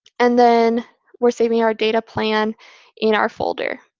and then we're saving our data plan in our folder.